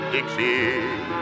Dixie